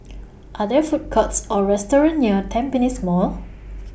Are There Food Courts Or restaurants near Tampines Mall